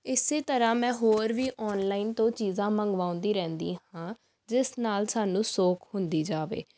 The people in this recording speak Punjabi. ਇਸੇ ਤਰ੍ਹਾਂ ਮੈਂ ਹੋਰ ਵੀ ਔਨਲਾਈਨ ਤੋਂ ਚੀਜ਼ਾਂ ਮੰਗਵਾਉਂਦੀ ਰਹਿੰਦੀ ਹਾਂ ਜਿਸ ਨਾਲ ਸਾਨੂੰ ਸੌਖ ਹੁੰਦੀ ਜਾਵੇ